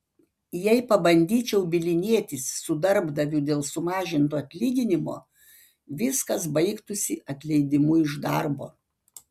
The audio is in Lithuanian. jei pabandyčiau bylinėtis su darbdaviu dėl sumažinto atlyginimo viskas baigtųsi atleidimu iš darbo